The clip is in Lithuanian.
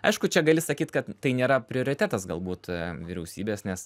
aišku čia gali sakyt kad tai nėra prioritetas galbūt vyriausybės nes